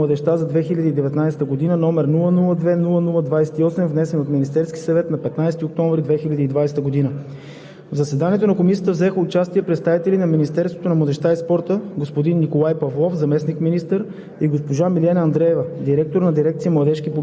На редовно заседание, проведено на 29 октомври 2020 г., Комисията по регионална политика, благоустройство и местно самоуправление обсъди Годишен доклад за младежта за 2019 г., № 002-00-28, внесен от Министерския съвет на 15 октомври 2020 г.